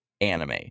anime